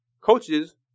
coaches